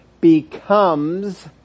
Becomes